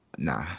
Nah